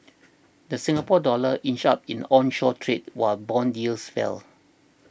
the Singapore Dollar inched up in onshore trade while bond yields fell